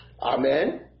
Amen